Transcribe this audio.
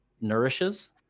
nourishes